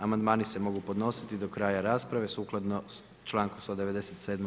Amandmani se mogu podnositi do kraja rasprave sukladno članku 197.